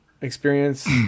experience